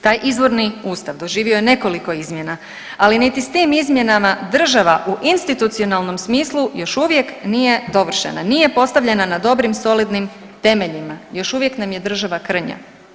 Taj izvorni ustav doživio je nekoliko izmjena, ali niti s tim izmjenama država u institucionalnom smislu još uvijek nije dovršena, nije postavljena na dobrim i solidnim temeljima, još uvijek nam je država krnja.